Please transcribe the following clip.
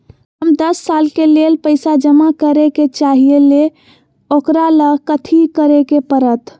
हम दस साल के लेल पैसा जमा करे के चाहईले, ओकरा ला कथि करे के परत?